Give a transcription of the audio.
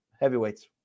Heavyweights